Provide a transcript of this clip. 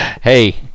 Hey